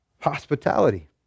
hospitality